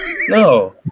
No